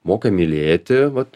moka mylėti vat